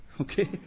okay